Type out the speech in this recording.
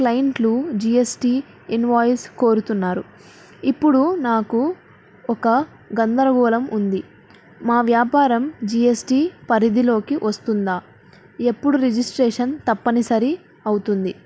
క్లైంట్లు GST invoice కోరుతున్నారు ఇప్పుడు నాకు ఒక గధరగోళం ఉంది మా వ్యాపారం జిఎస్టి పరిధిలోకి వస్తుందా ఎప్పుడు రిజిస్ట్రేషన్ తప్పనిసరి అవుతుంది